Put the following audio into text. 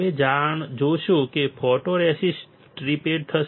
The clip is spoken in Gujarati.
તમે જોશો કે ફોટોરેસિસ્ટ સ્ટ્રીપેડ થશે